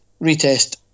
retest